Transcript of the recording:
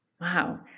Wow